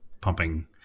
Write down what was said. pumping